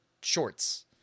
shorts